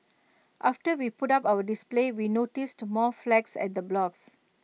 after we put up our display we noticed more flags at the blocks